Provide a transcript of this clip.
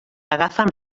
agafen